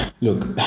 Look